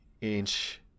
inch